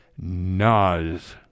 Nas